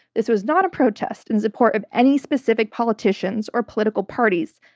this was not a protest in support of any specific politicians or political parties.